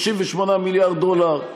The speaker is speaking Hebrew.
38 מיליארד דולר,